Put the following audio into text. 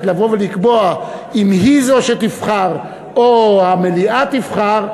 לבוא ולקבוע אם היא שתבחר או המליאה תבחר,